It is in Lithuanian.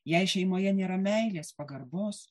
jei šeimoje nėra meilės pagarbos